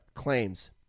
claims